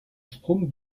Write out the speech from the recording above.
sprung